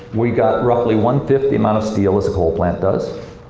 we got roughly one fifth the amount of steel as a coal plant does.